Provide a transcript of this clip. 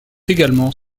également